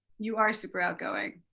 you are super outgoing.